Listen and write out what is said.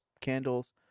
candles